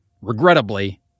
regrettably